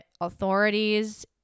authorities